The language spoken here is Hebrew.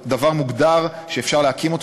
דבר מוגדר שאפשר להקים אותו.